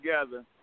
together